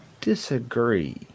disagree